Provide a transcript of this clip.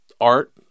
art